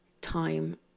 time